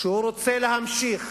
שהוא רוצה להמשיך